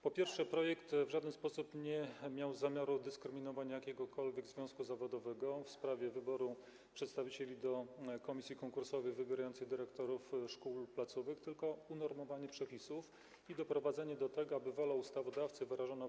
Po pierwsze, projekt w żaden sposób nie miał zamiaru dyskryminowania jakiegokolwiek związku zawodowego w sprawie wyboru przedstawicieli do komisji konkursowych wybierających dyrektorów szkół i placówek, tylko unormowanie przepisów i doprowadzenie do tego, aby wola ustawodawcy wyrażona w